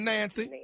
Nancy